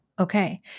Okay